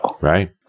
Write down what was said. Right